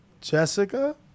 Jessica